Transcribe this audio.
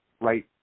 right